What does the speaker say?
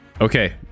Okay